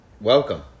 Welcome